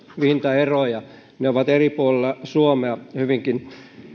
hintaeroja ne ovat eri puolilla suomea hyvinkin